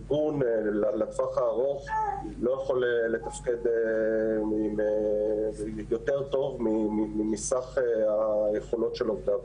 שבטווח הארוך ארגון לא יכול לתפקד יותר טוב מסך היכולות של עובדיו.